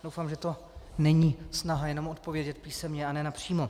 Doufám, že to není snaha jenom odpovědět písemně a ne napřímo.